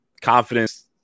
confidence